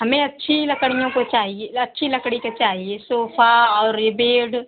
हमें अच्छी लकड़ियों के चाहिए अच्छी लकड़ी के चाहिए सोफा और ये बेड